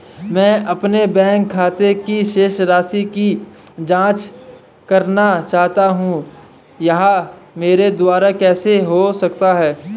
मैं अपने बैंक खाते की शेष राशि की जाँच करना चाहता हूँ यह मेरे द्वारा कैसे हो सकता है?